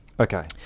Okay